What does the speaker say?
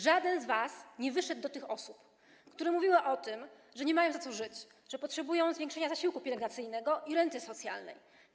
Żaden z was nie wyszedł do tych osób, które mówiły o tym, że nie mają za co żyć, że potrzebują zwiększenia zasiłku pielęgnacyjnego i renty socjalnej.